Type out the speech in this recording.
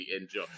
enjoy